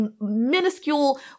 minuscule